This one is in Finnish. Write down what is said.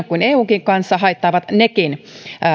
kuin eunkin kanssa haittaavat nekin